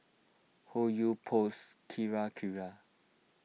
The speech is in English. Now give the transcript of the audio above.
Hoyu Post Kirei Kirei